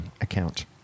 account